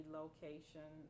location